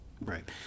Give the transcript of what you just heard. right